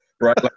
right